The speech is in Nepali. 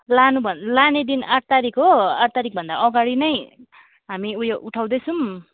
लानु भन् लाने दिन आठ तारिक हो आठ तारिक भन्दा अगाडि नै हामी उयो उठाउँदैछौँ